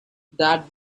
that